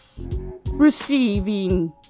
receiving